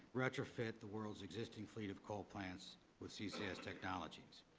retrofit the world's existing fleet of coal plants with ccs technologies.